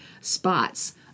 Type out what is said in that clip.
spots—